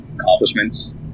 accomplishments